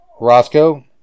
Roscoe